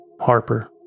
Harper